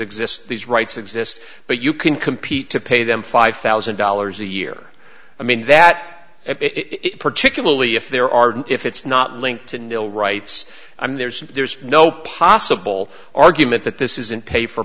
exist these rights exist but you can compete to pay them five thousand dollars a year i mean that it particularly if there are if it's not linked to nil rights i mean there's there's no possible argument that this is in pay for